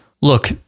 look